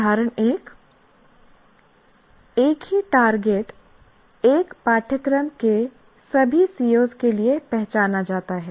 उदाहरण 1 एक ही टारगेट एक पाठ्यक्रम के सभी COs के लिए पहचाना जाता है